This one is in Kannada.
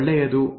ಅದು ಒಳ್ಳೆಯದು